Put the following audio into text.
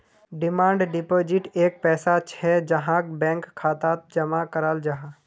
demand deposit एक पैसा छे जहाक बैंक खातात जमा कराल जाहा